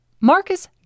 Marcus